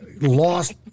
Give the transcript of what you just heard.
lost